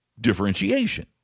differentiation